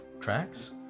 tracks